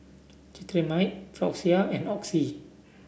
Cetrimide Floxia and Oxy